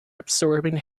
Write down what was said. absorbing